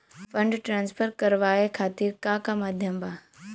Fund transfer करवाये खातीर का का माध्यम बा?